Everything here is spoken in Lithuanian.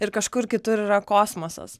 ir kažkur kitur yra kosmosas